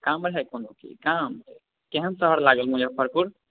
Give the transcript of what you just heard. काम रहै कोनो की काम केहन शहर लागल मुजफ्फरपुर